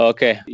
Okay